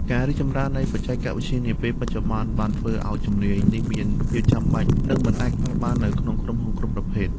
ការរីកចម្រើននៃបច្ចេកវិទ្យានាពេលបច្ចុប្បន្នបានធ្វើឱ្យជំនាញនេះមានភាពចាំបាច់និងមិនអាចខ្វះបាននៅក្នុងក្រុមហ៊ុនគ្រប់ប្រភេទ។